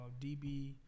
DB